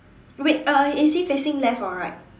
wait uh is he facing left or right